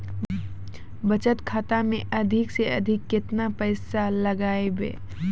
बचत खाता मे अधिक से अधिक केतना पैसा लगाय ब?